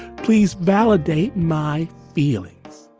please validate my feelings